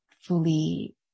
fully